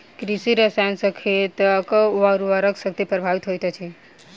कृषि रसायन सॅ खेतक उर्वरा शक्ति प्रभावित होइत अछि